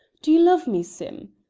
do you love me, sim?